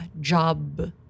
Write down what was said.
job